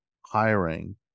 hiring